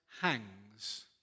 hangs